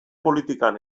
politikan